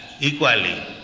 equally